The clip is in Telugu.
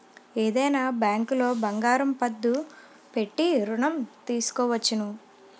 ఏదైనా బ్యాంకులో బంగారం పద్దు పెట్టి ఋణం తీసుకోవచ్చును